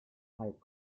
halb